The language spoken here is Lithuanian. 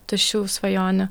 tuščių svajonių